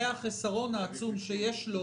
זה החיסרון העצום שיש לו